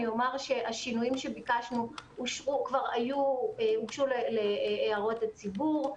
אני אומר שהשינויים שביקשנו הוגשו להערות הציבור.